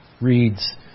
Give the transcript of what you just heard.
reads